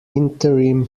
interim